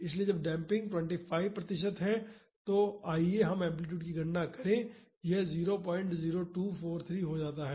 इसलिए जब डेम्पिंग 25 प्रतिशत है तो आइए हम एम्पलीटूड की गणना करें और यह 00243 हो जाता है